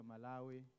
malawi